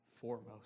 foremost